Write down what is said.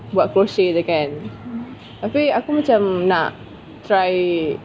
buat crochet jer kan tapi aku macam nak try